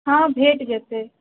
हँ भेट जेतै